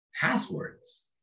passwords